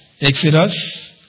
Exodus